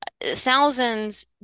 Thousands